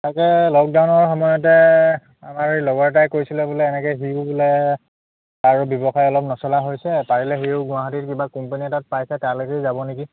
তাকে লকডাউনৰ সময়তে আমাৰ এই লগৰ এটাই কৈছিলে বোলে এনেকৈ সিও বোলে তাৰো ব্যৱসায় অলপ নচলা হৈছে পাৰিলে সিও গুৱাহাটীত কিবা কোম্পানী এটাত পাইছে তালৈকে যাব নেকি